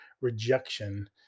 rejection